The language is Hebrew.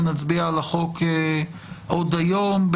שנצביע על החוק עוד היום,